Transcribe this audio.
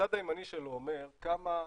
הצד הימני שלו אומר כמה מעריכים,